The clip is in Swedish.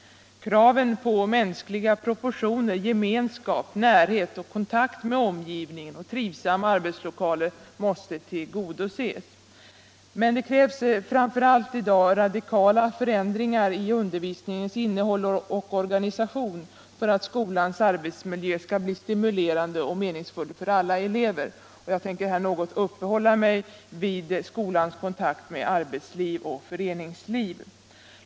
Kraven på mänskliga proportioner, —— gemenskap, närhet och kontakt med omgivningen samt trivsamma ar = Skolans inre arbete betslokaler måste tillgodoses. Men framför allt krävs radikala förändringar — m.m. i undervisningens innehåll och organisation för att skolans arbetsmiljö skall bli stimulerande och meningsfull för alla elever. Jag tänker något uppehålla mig vid skolans kontakt med arbetsliv och föreningsliv.